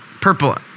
purple